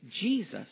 Jesus